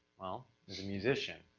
well, as a musician,